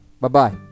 Bye-bye